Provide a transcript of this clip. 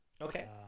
Okay